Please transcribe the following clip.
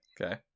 Okay